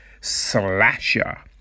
Slasher